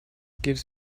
gives